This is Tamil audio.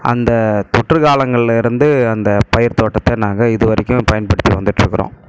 அந்த தொற்றுக்காலங்களில் இருந்து அந்த பயிர் தோட்டத்தை நாங்கள் இதுவரைக்கும் பயன்படுத்தி வந்துட்டிருக்கிறோம்